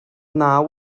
naw